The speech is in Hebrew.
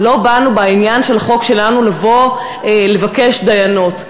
לא באנו בעניין של החוק שלנו לבוא לבקש דייניות,